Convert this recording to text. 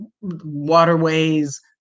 waterways